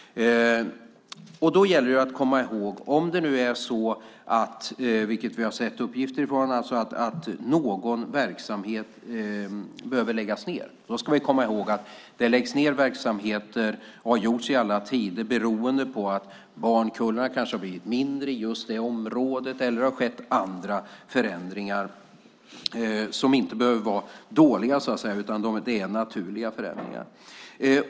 Om det nu är någon verksamhet som behöver läggas ned, vilket vi har sett uppgifter om, ska vi komma ihåg att det läggs ned verksamheter, och har gjorts i alla tider, beroende på att barnkullar kanske har blivit mindre i området eller att det har skett andra förändringar som inte behöver vara dåliga utan är naturliga förändringar.